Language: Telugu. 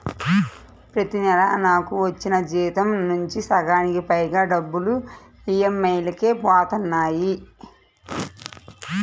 ప్రతి నెలా నాకు వచ్చిన జీతం నుంచి సగానికి పైగా డబ్బులు ఈఎంఐలకే పోతన్నాయి